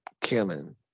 killing